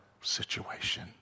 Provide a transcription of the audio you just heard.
situation